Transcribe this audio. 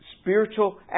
spiritual